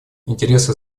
интересы